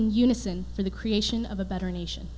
in unison for the creation of a better nation